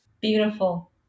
Beautiful